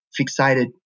fixated